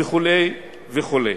וחשוב שהדברים,